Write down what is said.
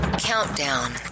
Countdown